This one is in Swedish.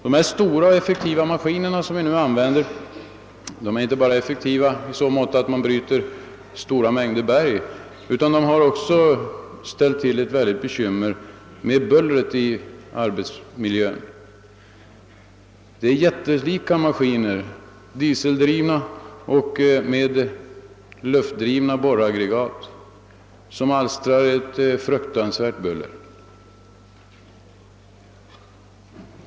De stora maskiner som nu används är effektiva inte bara på så sätt att de bryter stora mängder berg — de vållar också bekymmer med buller i arbetsmiljön. De jättelika dieseldrivna maskinerna med luftdrivna borraggregat alstrar ett fruktansvärt buller.